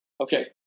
Okay